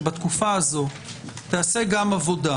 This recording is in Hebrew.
שבתקופה הזו תיעשה גם עבודה,